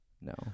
No